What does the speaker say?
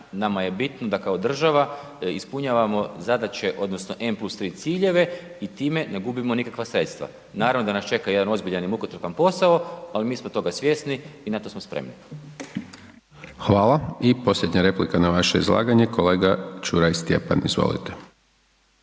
nama je bitno da kao država ispunjavamo zadaće odnosno n+3 ciljeve i time ne gubimo nikakva sredstava. Naravno da nas čeka jedan ozbiljan i mukotrpan posao, ali mi smo toga svjesni i na to smo spremni. **Hajdaš Dončić, Siniša (SDP)** Hvala. I posljednja replika na vaše izlaganje, kolega Ćuraj Stjepan, izvolite.